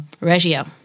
Reggio